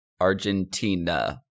Argentina